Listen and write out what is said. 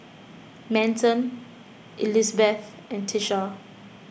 Manson Elizbeth and Tisha